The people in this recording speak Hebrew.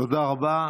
תודה רבה.